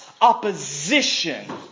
opposition